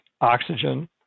oxygen